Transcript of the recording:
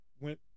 went